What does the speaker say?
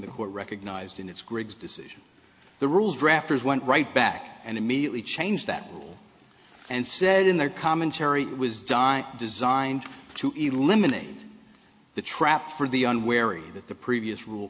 that what recognized in its gregg's decision the rules drafters went right back and immediately changed that rule and said in their commentary it was dying designed to eliminate the trap for the unwary that the previous rule